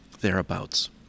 thereabouts